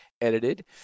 edited